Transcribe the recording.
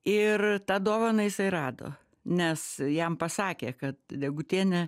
ir tą dovaną jisai rado nes jam pasakė kad degutienė